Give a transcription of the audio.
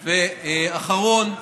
ואחרון,